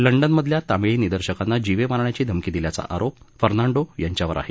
लंडनमधल्या तामिळी निदर्शकांना जीवे मारण्याची धमकी दिल्याचा आरोप फर्नांडो याच्यावर आहे